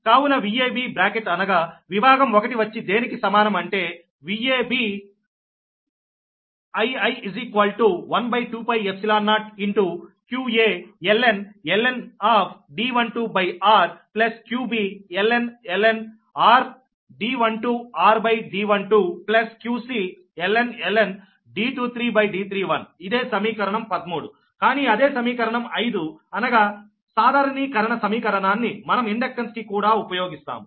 కావున Vab bracket అనగా విభాగం ఒకటి వచ్చి దేనికి సమానం అంటే Vabii12π0qaln D12r qbln r D12rD12qcln D23D31 ఇదే సమీకరణం 13కానీ అదే సమీకరణం 5 అనగా సాధారణీకరణ సమీకరణాన్ని మనం ఇండక్టెన్స్ కి కూడా ఉపయోగిస్తాము